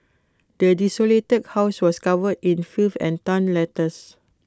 the desolated house was covered in filth and torn letters